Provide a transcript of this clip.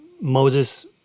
Moses